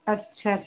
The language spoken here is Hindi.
अच्छा